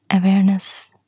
awareness